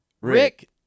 Rick